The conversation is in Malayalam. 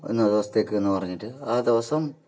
ഇന്ന ദിവസത്തേക്കെന്നു പറഞ്ഞിട്ട് ആ ദിവസം